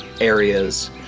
areas